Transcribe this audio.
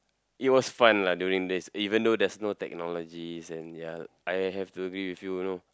it was fun lah doing this even though there's no technologies and ya I have to agree with you